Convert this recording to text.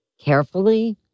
Carefully